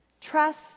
trust